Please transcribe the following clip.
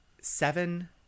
seven